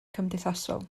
cymdeithasol